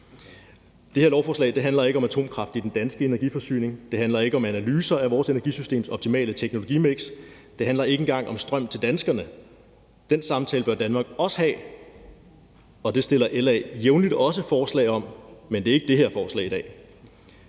Det her lovforslag handler ikke om atomkraft i den danske energiforsyning, det handler ikke om analyser af vores energisystems optimale teknologimiks, det handler ikke engang om strøm til danskerne. Den samtale bør Danmark også have, og det stiller LA jævnligt også forslag om, men det er ikke det her forslag i dag.